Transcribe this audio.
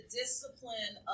discipline